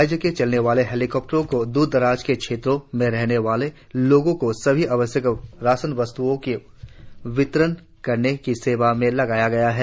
राज्य के चलने वाले हेलीकॉप्टरों को दूर दराज के क्षेत्रों में रहने वाले लोगों को सभी आवश्यक राशन वस्त्ओं को वितरित करने के सेवा में लगाया गया है